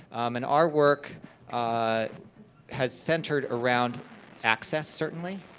and our work has centered around access certainly,